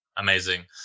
Amazing